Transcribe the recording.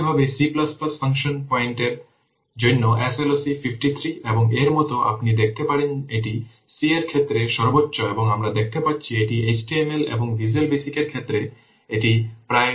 একইভাবে C function পয়েন্টের জন্য SLOC 53 এবং এর মতো আপনি দেখতে পারেন এটি C এর ক্ষেত্রে সর্বোচ্চ এবং আমরা দেখতে পাচ্ছি এটি HTML এবং visual basic এর ক্ষেত্রে এটি প্রায় সর্বনিম্ন 42